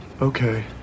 Okay